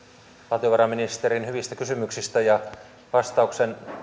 valtiovarainministerin hyvistä kysymyksistä ja vastauksen